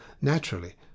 naturally